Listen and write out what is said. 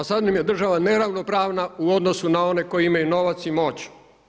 A sad im je država neravnopravna u odnosu na one koji imaju novac i moć.